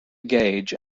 gauge